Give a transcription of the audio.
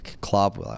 club